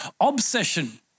obsession